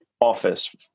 office